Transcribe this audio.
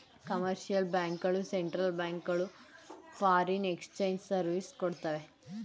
commercial bank ಗಳು central bank ಗಳು foreign exchange service ಕೊಡ್ತವೆ